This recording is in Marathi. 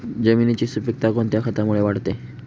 जमिनीची सुपिकता कोणत्या खतामुळे वाढते?